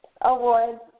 awards